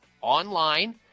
online